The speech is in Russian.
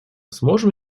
сможем